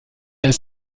ist